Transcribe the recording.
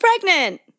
pregnant